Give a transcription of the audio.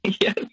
Yes